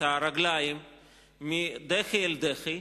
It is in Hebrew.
את הרגליים מדחי אל דחי,